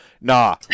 nah